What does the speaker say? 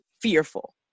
fearful